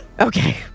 okay